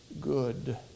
good